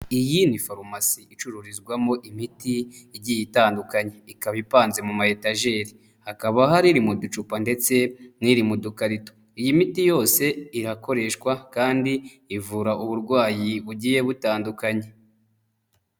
Iyi ni farumasi icururizwamo imiti igiye itandukanye. Ikaba ipanze mu mayetageri. Hakaba hari iri mu ducupa ndetse n'iri mu dukarito. Iyi miti yose irakoreshwa kandi ivura uburwayi bugiye butandukanye.